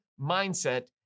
mindset